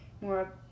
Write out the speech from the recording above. more